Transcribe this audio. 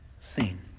seen